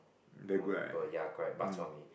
more people ya correct bak chor mee